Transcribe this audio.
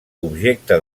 objecte